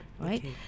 right